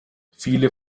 viele